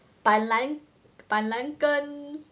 板蓝板蓝根